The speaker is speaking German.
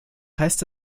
heißt